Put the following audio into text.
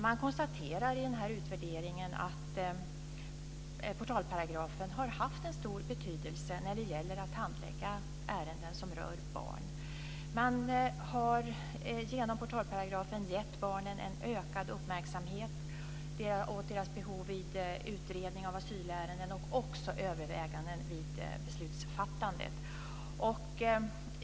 Man konstaterar i utvärderingen att portalparagrafen har haft stor betydelse i handläggningen av ärenden som rör barn. Med hjälp av portalparagrafen har barnen getts ökad uppmärksamhet, bl.a. av deras behov vid utredningar av asylärenden och i överväganden vid beslutsfattandet.